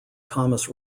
thomas